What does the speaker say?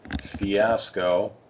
fiasco